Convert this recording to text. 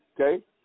okay